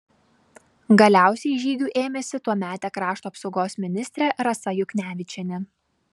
galiausiai žygių ėmėsi tuometė krašto apsaugos ministrė rasa juknevičienė